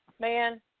man